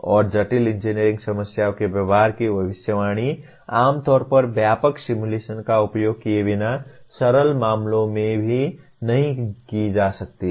और जटिल इंजीनियरिंग समस्याओं के व्यवहार की भविष्यवाणी आम तौर पर व्यापक सिमुलेशन का उपयोग किए बिना सरल मामलों में भी नहीं की जा सकती है